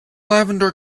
lavender